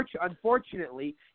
Unfortunately